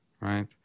right